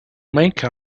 make